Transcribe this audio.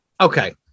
Okay